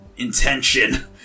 Intention